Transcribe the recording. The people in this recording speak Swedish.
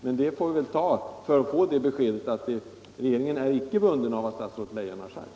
Men det får man väl finna sig i för att få beskedet att regeringen inte är bunden av vad statsrådet Leijon har sagt.